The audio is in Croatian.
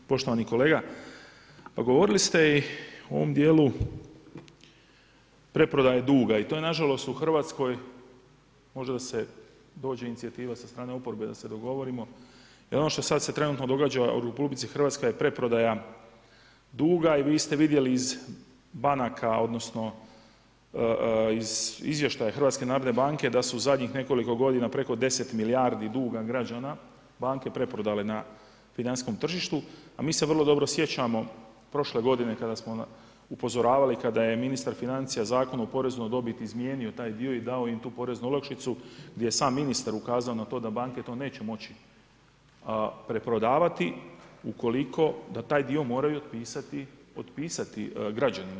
Poštovani kolega, pa govorili ste i u ovom dijelu, preprodaje duga i to je nažalost u Hrvatskoj, možda se dođe inicijative sa strane oporbe da se dogovorimo, jer ono što sad se trenutno događa u RH, je preprodaja duga i vi ste vidjeli iz banaka odnosno, iz izvještaja HNB-a da su zadnjih nekoliko godina, preko 10 milijardi duga građana, banke preprodaje na financijskom tržištu a mi se vrlo dobro sjećamo, prošle godine, kada smo upozoravali i kada je ministar financija, Zakon o porezu na dobit, izmijenio taj dio i dao im tu poreznu olakšicu, gdje je sam ministar ukazao na to da banke to neće moći preprodavati, ukoliko da taj dio moraju otpisati građanima.